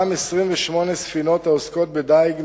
ובכך מונעים מדגים להשריץ ולהתרבות ופוגעים בדגה.